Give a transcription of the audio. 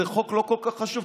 זה חוק לא כל כך חשוב,